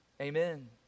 Amen